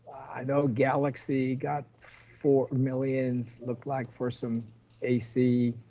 i know galaxy got four million look like for some ac,